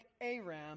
Aram